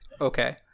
Okay